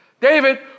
David